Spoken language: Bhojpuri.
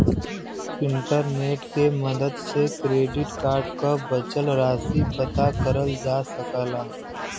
इंटरनेट के मदद से क्रेडिट कार्ड क बचल राशि पता करल जा सकला